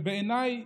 ובעיניי,